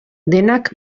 denak